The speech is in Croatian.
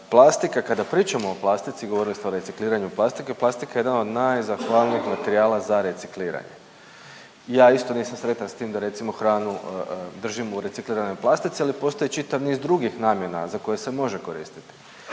plastika kada pričamo o plastici, govorili ste o recikliranju plastike. Plastika je jedan od najzahvalnijih materijala za recikliranje. Ja isto nisam sretan s tim da recimo hranu držimo u recikliranoj plastici ali postoji čitav niz drugih namjena za koje se može koristit.